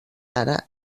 ara